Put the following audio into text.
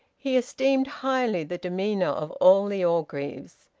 he esteemed highly the demeanour of all the orgreaves.